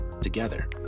together